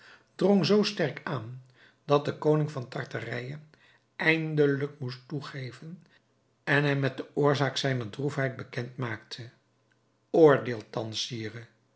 drong zoo sterk aan dat de koning van tartarije eindelijk moest toegeven en hem met de oorzaak zijner droefheid bekend maakte oordeelt